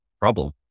problem